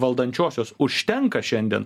valdančiosios užtenka šiandien